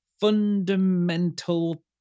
fundamental